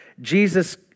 Jesus